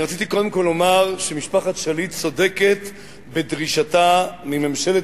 רציתי קודם כול לומר שמשפחת שליט צודקת בדרישתה מממשלת